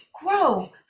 grow